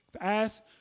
Ask